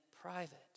private